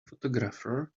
photographer